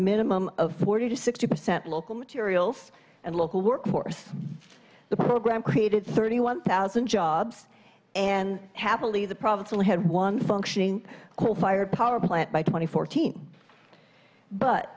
minimum of forty to sixty percent local materials and local workforce the program created thirty one thousand jobs and happily the province only had one functioning coal fired power plant by twenty fourteen but